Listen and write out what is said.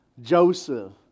Joseph